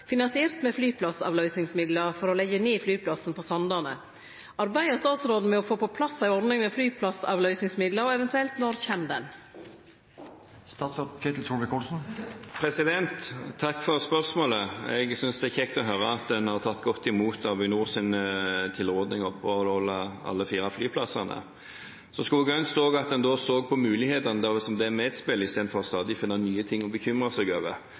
finansiert med flyplassavløysingsmidlar for å leggje ned flyplassen på Sandane. Arbeider statsråden med å få på plass ei ordning for flyplassavløysingsmidlar, og eventuelt når kjem ho?» Takk for spørsmålet. Jeg synes det er kjekt å høre at en har tatt godt imot Avinors tilrådinger om alle de fire flyplassene. Jeg skulle ønsket at en også så på mulighetene som det medfører, i stedet for stadig å finne nye ting å bekymre seg over.